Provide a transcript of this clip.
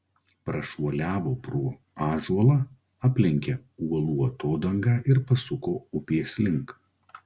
prašuoliavo pro ąžuolą aplenkė uolų atodangą ir pasuko upės link